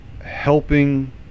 helping